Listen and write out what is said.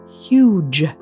huge